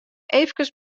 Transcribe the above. eefkes